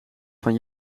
van